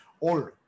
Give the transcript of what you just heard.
old